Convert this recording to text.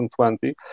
2020